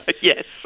yes